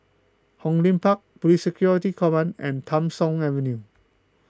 Hong Lim Park Police Security Command and Tham Soong Avenue